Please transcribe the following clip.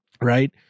right